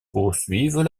poursuivent